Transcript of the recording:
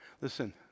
listen